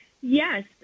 Yes